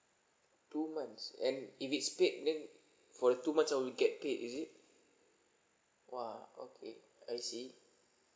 two months and if it's paid then for the two months I will get paid is it !wah! okay I see